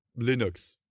Linux